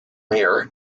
mayer